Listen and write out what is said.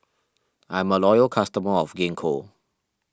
I'm a loyal customer of Gingko